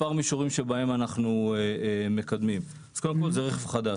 מספר מישורים שבהם אנחנו מקדמים: קודם כל רכב חדש,